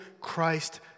Christ